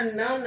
no